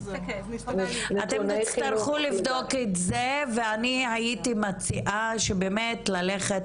אתם תצטרכו לבדוק את זה ואני הייתי מציעה שבאמת ללכת